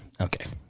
Okay